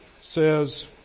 says